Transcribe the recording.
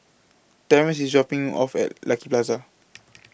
Terrence IS dropping off At Lucky Plaza